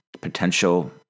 potential